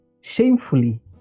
shamefully